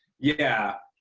yeah.